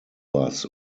bus